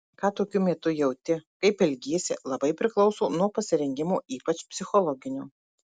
ką tokiu metu jauti kaip elgiesi labai priklauso nuo pasirengimo ypač psichologinio